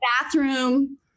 bathroom